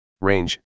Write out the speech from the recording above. Range